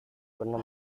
pernah